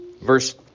Verse